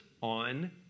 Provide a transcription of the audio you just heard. on